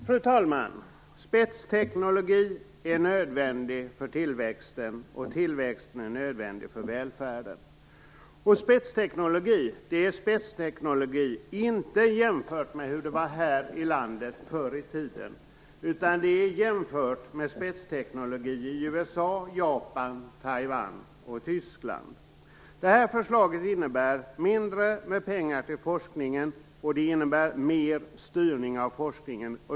Fru talman! Spetsteknologin är nödvändig för tillväxten, och tillväxten är nödvändig för välfärden. Spetsteknologi är spetsteknologi inte jämfört med hur det var här i landet förr i tiden utan jämfört med spetsteknologi i USA, Japan, Taiwan och Tyskland. Det här förslaget innebär mindre pengar till forskningen, och det innebär mer styrning av forskningen.